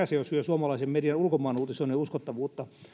se jo sinänsä syö suomalaisen median ulkomaanuutisoinnin uskottavuutta